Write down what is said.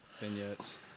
vignettes